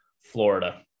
Florida